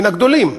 מן הגדולים.